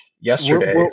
yesterday